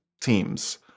teams